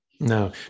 No